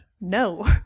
no